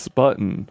button